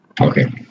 Okay